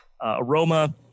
Aroma